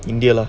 india lah